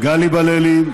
גלי בללי,